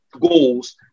goals